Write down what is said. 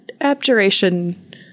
abjuration